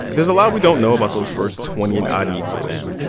there's a lot we don't know about those first twenty and odd negroes,